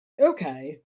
okay